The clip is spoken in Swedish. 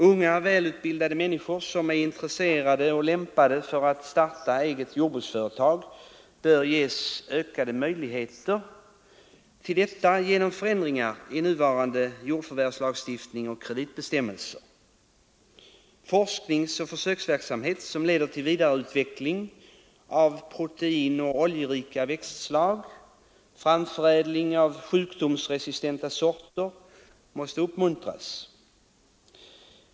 Unga, välutbildade människor som är intresserade av och lämpade för att starta eget jordbruksföretag bör ges ökade möjligheter till detta genom förändringar i nuvarande jordförvärvslagstiftning och kreditbestämmelser. Forskningsoch försöksverksamhet som leder till vidareutveckling av proteinoch oljerika växtslag och framförädling av sjukdomsresistenta sorter måste uppmuntras.